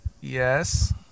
Yes